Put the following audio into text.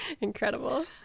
Incredible